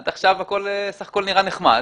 עד עכשיו הכול נראה נחמד.